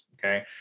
Okay